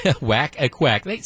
Whack-a-quack